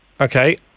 Okay